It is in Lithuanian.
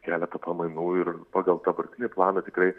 keletą pamainų ir pagal dabartinį planą tikrai